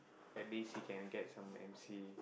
at least he can get some M_C